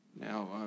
Now